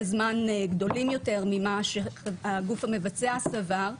זמן גדולים יותר ממה שהגוף המבצע סבר,